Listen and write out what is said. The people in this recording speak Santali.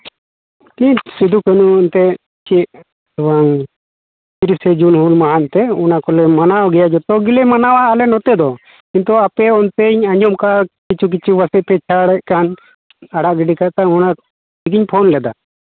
ᱴᱷᱤᱠ ᱥᱤᱫᱩᱼᱠᱟᱹᱱᱩ ᱮᱱᱛᱮᱜ ᱪᱮᱫ ᱦᱮᱸ ᱛᱤᱨᱤᱥᱮ ᱡᱩᱱ ᱦᱩᱞ ᱢᱟᱦᱟ ᱮᱱᱛᱮᱜ ᱚᱱᱟ ᱠᱚᱞᱮ ᱢᱟᱱᱟᱣ ᱜᱮᱭᱟ ᱡᱚᱛᱚᱜᱮᱞᱮ ᱢᱟᱱᱟᱣᱟ ᱟᱞᱮ ᱱᱚᱛᱮ ᱫᱚ ᱠᱤᱱᱛᱩ ᱟᱯᱮ ᱚᱱᱛᱤᱧ ᱟᱸᱡᱚᱢ ᱠᱟᱫᱟ ᱠᱤᱪᱷᱩ ᱠᱤᱪᱷᱩ ᱟᱯᱮ ᱯᱮ ᱪᱟᱬᱮᱫ ᱠᱟᱱ ᱟᱲᱟᱜ ᱜᱤᱰᱤ ᱠᱟᱜ ᱠᱟᱱ ᱚᱱᱟ ᱞᱟᱹᱜᱤᱫ ᱜᱤᱧ ᱯᱷᱳᱱ ᱞᱮᱫᱟ